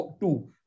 Two